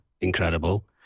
Incredible